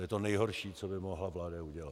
To je to nejhorší, co by mohla vláda udělat.